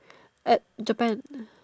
at Japan